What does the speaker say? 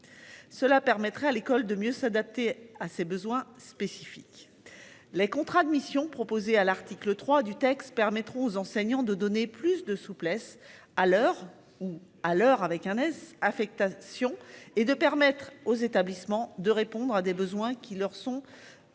Cela permettrait à l'école de mieux s'adapter à ses besoins spécifiques. Les contrats de mission proposée à l'article 3 du texte permettre aux enseignants de donner plus de souplesse à l'heure où à l'heure avec un S affectation et de permettre aux établissements de répondre à des besoins qui leur sont précis.